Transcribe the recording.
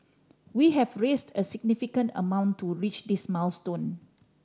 we have raised a significant amount to reach this milestone